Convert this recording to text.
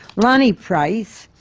lonny price,